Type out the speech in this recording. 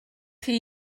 chi